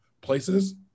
places